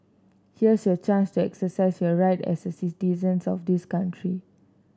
here's your chance to exercise your right as citizen of this country